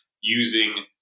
using